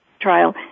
trial